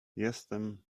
jestem